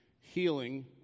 healing